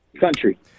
Country